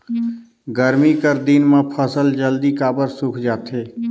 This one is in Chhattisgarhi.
गरमी कर दिन म फसल जल्दी काबर सूख जाथे?